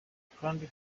kandi